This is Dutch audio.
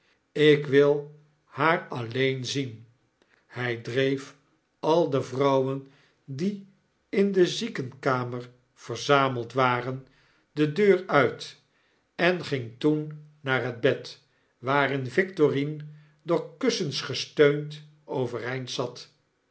ik wil haar alleen zien hy dreef al de vrouwen die in de ziekenkamer verzameld waren de deur uit en ging toen naar het bed waarin victorine door kussens gesteund overeind zat